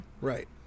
Right